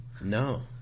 No